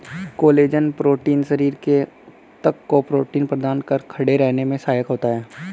collagen protein शरीर के ऊतक को प्रोटीन प्रदान कर खड़े रहने में सहायक होता है